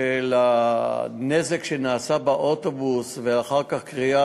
של הנזק שנעשה לאוטובוס ואחר כך הקריעה,